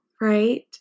right